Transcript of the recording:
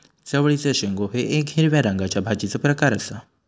चवळीचे शेंगो हे येक हिरव्या रंगाच्या भाजीचो प्रकार आसा